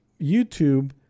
YouTube